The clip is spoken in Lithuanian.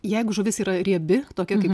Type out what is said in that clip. jeigu žuvis yra riebi tokia kaip